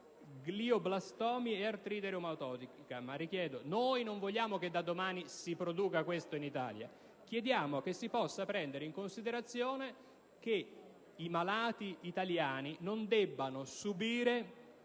glioblastomi e da artrite reumatoide. Ripeto, noi non vogliamo che da domani si produca questo in Italia. Chiediamo che si possa prendere in considerazione il fatto che i malati italiani non siano